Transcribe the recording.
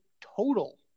total